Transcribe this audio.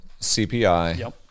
CPI